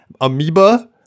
amoeba